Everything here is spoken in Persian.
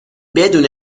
بدون